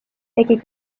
tegi